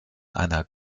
einer